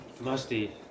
musty